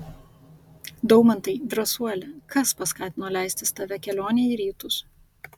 daumantai drąsuoli kas paskatino leistis tave kelionei į rytus